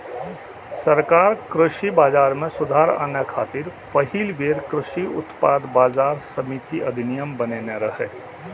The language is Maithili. सरकार कृषि बाजार मे सुधार आने खातिर पहिल बेर कृषि उत्पाद बाजार समिति अधिनियम बनेने रहै